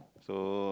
so